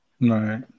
right